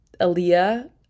Aaliyah